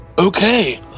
Okay